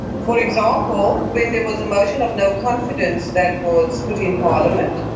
for example, when there was a motion of no confidence that was put in parliament,